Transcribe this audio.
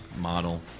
model